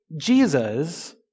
Jesus